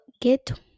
get